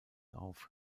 auf